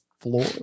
floor